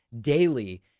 daily